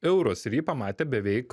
eurus ir jį pamatė beveik